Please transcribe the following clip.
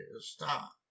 Stop